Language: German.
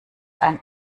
ein